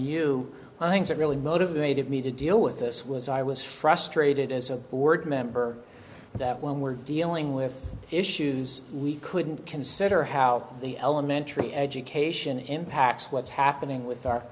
you things that really motivated me to deal with this was i was frustrated as a board member that when we're dealing with issues we couldn't consider how the elementary education impacts what's happening with our